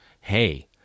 Hey